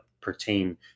pertain